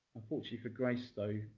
unfortunately for grace though,